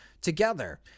together